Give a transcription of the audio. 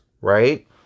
right